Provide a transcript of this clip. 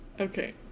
Okay